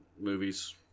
movies